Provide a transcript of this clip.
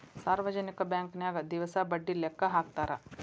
ಸಾರ್ವಜನಿಕ ಬಾಂಕನ್ಯಾಗ ದಿವಸ ಬಡ್ಡಿ ಲೆಕ್ಕಾ ಹಾಕ್ತಾರಾ